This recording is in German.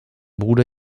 bruder